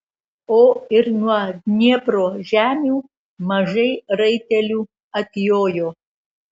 o ir nuo dniepro žemių mažai raitelių atjojo